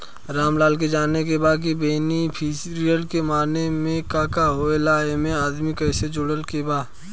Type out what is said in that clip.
रामलाल के जाने के बा की बेनिफिसरी के माने का का होए ला एमे आदमी कैसे जोड़े के बा?